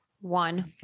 One